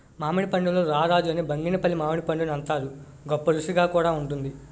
మామిడి పండుల్లో రారాజు అని బంగినిపల్లి మామిడిపండుని అంతారు, గొప్పరుసిగా కూడా వుంటుంది